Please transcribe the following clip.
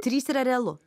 trys yra realu